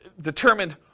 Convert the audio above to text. determined